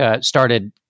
started